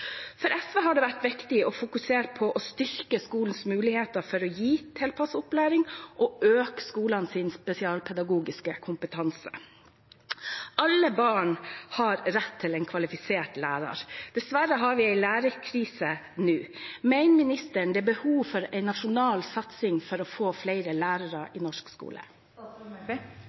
For SV har det vært viktig å fokusere på å styrke skolenes muligheter for å gi tilpasset opplæring og øke skolenes spesialpedagogiske kompetanse. Alle barn har rett til en kvalifisert lærer. Dessverre har vi en lærerkrise nå. Mener ministeren det er behov for en nasjonal satsing for å få flere lærere i norsk